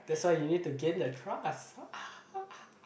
that's why you need to gain the trust